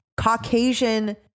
Caucasian